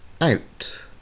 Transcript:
out